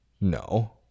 No